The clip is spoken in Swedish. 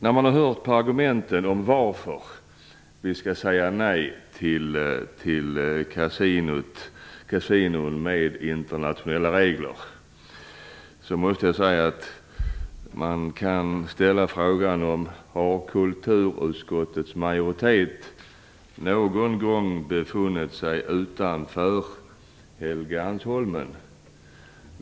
När jag har hört argumenten för varför man skall säga nej till kasinon med internationella regler måste jag ställa frågan: Har kulturutskottets majoritet någon gång befunnit sig utanför Helgeandsholmen?